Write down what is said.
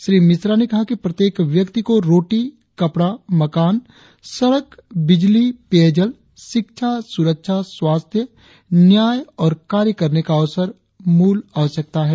श्री मिश्रा ने कहा कि प्रत्येक व्यक्ति को रोटी कपड़ा मकान सड़क बिजली पेयजल शिक्षा सुरक्षा स्वास्थ्य न्याय और कार्य करने का अवसर मूल आवश्यकता है